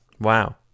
Wow